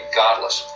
godless